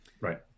Right